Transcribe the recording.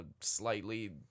slightly